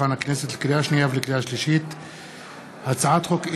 בעד, 32, נגד, 50. הצעת החוק לא